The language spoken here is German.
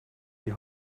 die